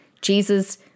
Jesus